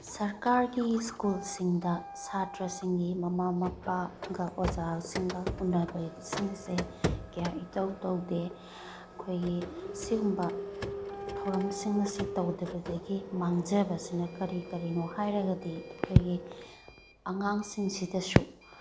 ꯁꯔꯀꯥꯔꯒꯤ ꯁ꯭ꯀꯨꯜꯁꯤꯡꯗ ꯁꯥꯇ꯭ꯔꯁꯤꯡꯒꯤ ꯃꯃꯥ ꯃꯄꯥꯒ ꯑꯣꯖꯥꯁꯤꯡꯒ ꯎꯅꯕꯁꯤꯡꯁꯦ ꯀꯌꯥ ꯏꯇꯧ ꯇꯧꯗꯦ ꯑꯩꯈꯣꯏꯒꯤ ꯁꯤꯒꯨꯝꯕ ꯊꯧꯔꯝꯁꯤꯡ ꯑꯁꯤ ꯇꯧꯗꯕꯗꯒꯤ ꯃꯥꯡꯖꯕꯁꯤꯅ ꯀꯔꯤ ꯀꯔꯤꯅꯣ ꯍꯥꯏꯔꯒꯗꯤ ꯑꯩꯈꯣꯏꯒꯤ ꯑꯉꯥꯡꯁꯤꯡꯁꯤꯗꯁꯨ